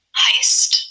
heist